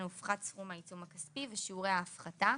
הופחת סכום העיצום הכספי ושיעורי ההפחתה.